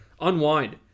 Unwind